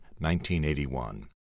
1981